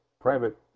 private